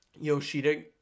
Yoshida